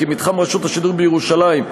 כי מתחם רשות השידור בירושלים,